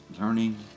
Learning